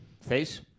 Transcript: Face